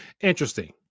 Interesting